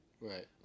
Right